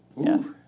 Yes